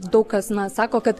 daug kas sako kad